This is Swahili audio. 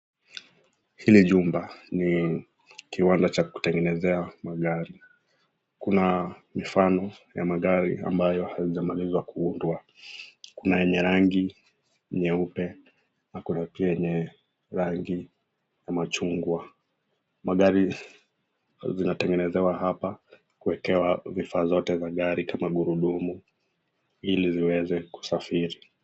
Hili jumba ni kiwanda cha kutengenezea magari. Kuna mifano ya magari ambayo haijamalizwa kuundwa. Kuna enye rangi nyeupe na kuna pia yenye rangi ya machungwa. Magari zinatengenezewa hapa kuwekewa vifaa zote za gari kama gurudumu ili ziweze kusafiri.